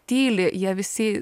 tyli jie visi